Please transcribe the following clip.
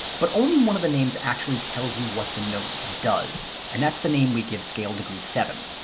but only one of the names actually tells you what the note does, and that's the name we give scale degree seven.